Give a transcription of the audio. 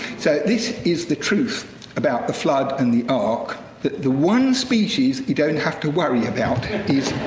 so this is the truth about the flood and the. ah that the one species you don't have to worry about